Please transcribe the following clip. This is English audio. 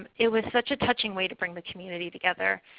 ah it was such a touching way to bring the community together.